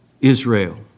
Israel